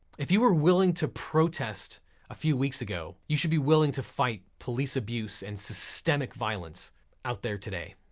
if you were willing to protest a few weeks ago, you should be willing to fight police abuse and systemic violence out there today.